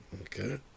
okay